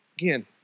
Again